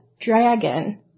dragon